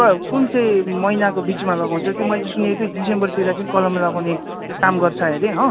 क कुन चाहिँ महिनाको बिचमा लगाउँछ त्यो मैले सुनेको थिएँ डिसेम्बरतिर चाहिँ कलम लगाउने काम गर्छ हरे हो